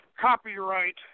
Copyright